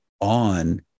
on